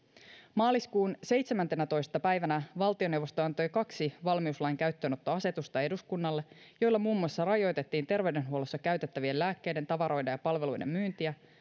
maaliskuun seitsemäntenätoista päivänä valtioneuvosto antoi kaksi valmiuslain käyttöönottoasetusta eduskunnalle joilla muun muassa rajoitettiin terveydenhuollossa käytettävien lääkkeiden tavaroiden ja palveluiden myyntiä